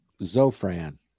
zofran